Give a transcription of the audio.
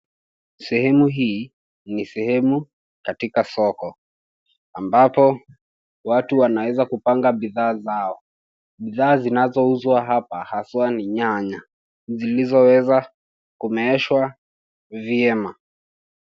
Sehemu hii, ni sehemu katika soko ambapo watu wanaweza kupanga bidhaa zao. Bidhaa zinazouzwa hapa haswa ni nyanya zilizoweza kumeeshwa vyema.